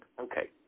Okay